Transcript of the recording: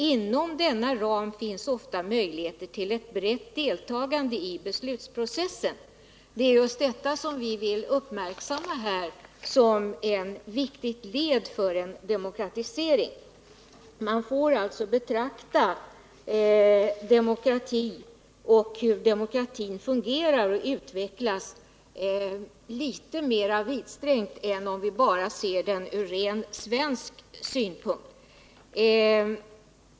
Inom denna ram finns ofta möjligheter till ett brett deltagande i beslutsprocessen.” Det är just detta som jag vill uppmärksamma här som ett viktigt led i demokratiseringen. Vi får alltså betrakta demokratin och hur den fungerar och utvecklas mer vidsträckt än om vi ser den ur rent svensk synpunkt.